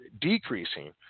decreasing